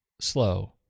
Slow